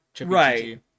Right